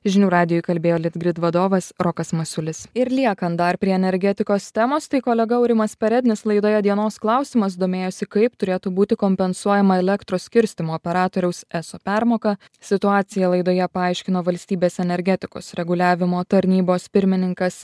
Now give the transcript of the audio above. žinių radijui kalbėjo litgrid vadovas rokas masiulis ir liekant dar prie energetikos temos tai kolega aurimas perednis laidoje dienos klausimas domėjosi kaip turėtų būti kompensuojama elektros skirstymo operatoriaus eso permoka situaciją laidoje paaiškino valstybės energetikos reguliavimo tarnybos pirmininkas